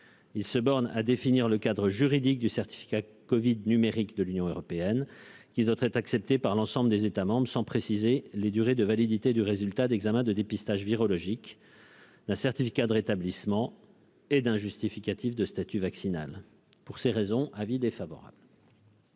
il se borne à définir le cadre juridique du certificat Covid numérique, de l'Union européenne, qui doit être acceptée par l'ensemble des États, sans préciser les durées de validité du résultat d'examen de dépistage virologique la certificat de rétablissement et d'un justificatif de statut vaccinal pour ces raisons avis défavorable.